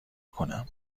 کنم